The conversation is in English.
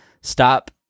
stop